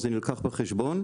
זה נלקח בחשבון?